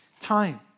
time